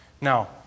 Now